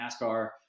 NASCAR